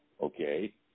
okay